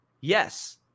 Yes